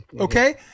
Okay